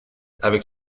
avec